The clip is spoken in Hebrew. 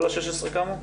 כל ה-16 קמו?